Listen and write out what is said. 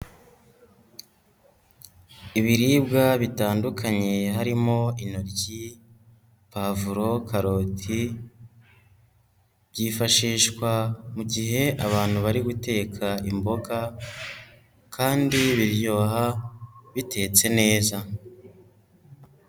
Ibiribwa bitandukanye harimo intoryi, pavuro, karoti byifashishwa mu gihe abantu bari guteka imboga kandi biryoha bitetse neza.